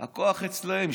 הכוח אצלם.